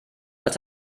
als